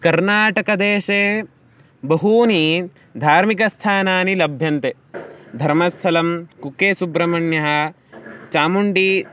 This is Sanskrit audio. कर्नाटकदेशे बहूनि धार्मिकस्थानानि लभ्यन्ते धर्मस्थलं कुक्के सुब्रह्मण्यः चामुण्डी